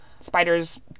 Spiders